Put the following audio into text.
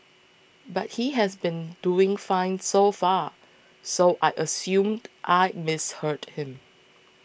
but he has been doing fine so far so I assumed I'd misheard him